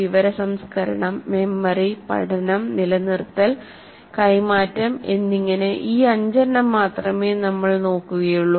വിവര സംസ്കരണം മെമ്മറി പഠനം നിലനിർത്തൽ കൈമാറ്റം എന്നിങ്ങനെ ഈ അഞ്ചെണ്ണം മാത്രമേ നമ്മൾ നോക്കുകയുള്ളൂ